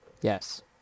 Yes